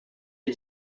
est